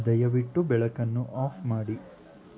ದಯವಿಟ್ಟು ಬೆಳಕನ್ನು ಆಫ್ ಮಾಡಿ